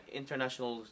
international